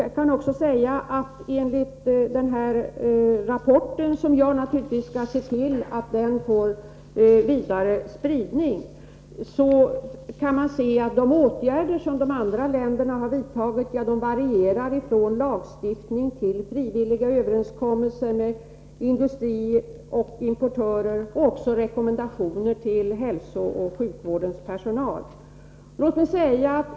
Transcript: Jag kan också säga att enligt den nämnda rapporten — och jag skall naturligtvis se till att den får vidare spridning — kan man se att de åtgärder de andra länderna har vidtagit varierar från lagstiftning till frivilliga överenskommelser med industri och importörer och även rekommendationer till hälsooch sjukvårdens personal.